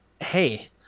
hey